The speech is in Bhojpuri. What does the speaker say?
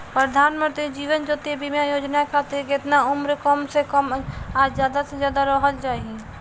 प्रधानमंत्री जीवन ज्योती बीमा योजना खातिर केतना उम्र कम से कम आ ज्यादा से ज्यादा रहल चाहि?